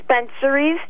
dispensaries